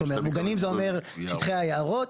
מוגנים זה אומר: שטחי היערות,